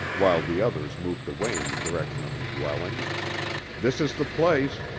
while the others moved away in the direction of the dwelling this is the place.